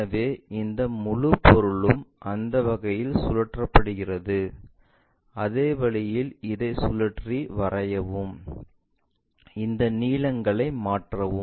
எனவே இந்த முழுப் பொருளும் அந்த வகையில் சுழற்றப்படுகிறது அதே வழியில் இதை சுழற்றி வரையவும் இந்த நீளங்களை மாற்றவும்